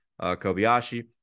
Kobayashi